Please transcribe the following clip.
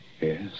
Yes